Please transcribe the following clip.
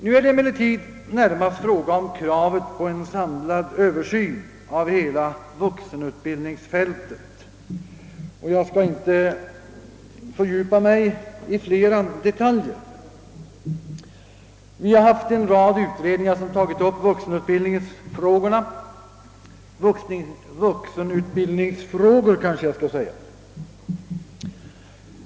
Nu är det emellertid närmast fråga om kravet på en samlad översyn av hela vuxenutbildningsfältet, och jag skall inte fördjupa mig i flera detaljer. Vi har haft en rad utredningar som tagit upp vuxenutbildningsfrågorna — vuxenutbildningsfrågor skall jag kanske säga.